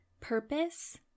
purpose